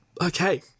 Okay